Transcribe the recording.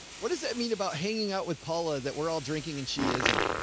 what does that mean about hanging out with paula? that we're all drinking and she isn't?